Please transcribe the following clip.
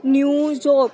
New York